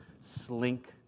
slink